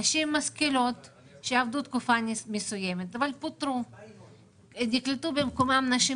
נשים משכילות שעבדו תקופה מסוימת אבל פוטרו ובמקומן נקלטו נשים